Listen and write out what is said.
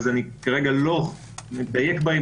אז כרגע אני לא מדייק בהם,